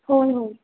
हो हो